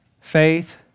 faith